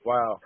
Wow